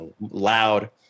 loud